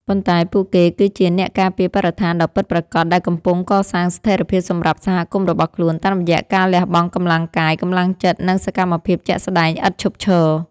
ប៉ុន្តែពួកគេគឺជា អ្នកការពារបរិស្ថាន ដ៏ពិតប្រាកដដែលកំពុងកសាងស្ថិរភាពសម្រាប់សហគមន៍របស់ខ្លួនតាមរយៈការលះបង់កម្លាំងកាយ កម្លាំងចិត្ត និងសកម្មភាពជាក់ស្ដែងឥតឈប់ឈរ។